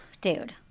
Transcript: Dude